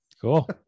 cool